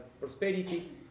prosperity